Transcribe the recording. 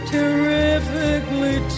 Terrifically